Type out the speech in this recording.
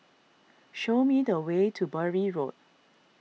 show me the way to Bury Road